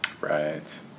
Right